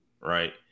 right